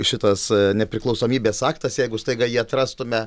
šitas nepriklausomybės aktas jeigu staiga jį atrastume